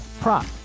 prop